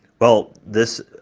well, this,